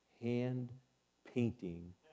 hand-painting